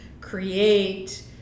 create